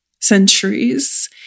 centuries